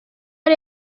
ari